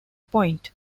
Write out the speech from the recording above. point